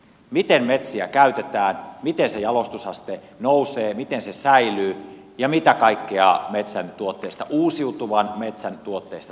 miten metsiä käytetään miten se jalostusaste nousee miten se säilyy ja mitä kaikkea metsän tuotteista uusiutuvan metsän tuotteista tehdään